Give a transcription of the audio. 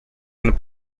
and